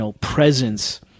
presence